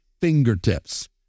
fingertips